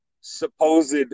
supposed